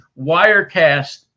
Wirecast